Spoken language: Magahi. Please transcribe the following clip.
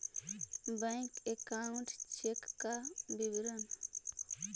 बैक अकाउंट चेक का विवरण?